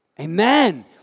amen